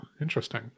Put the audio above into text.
interesting